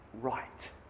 right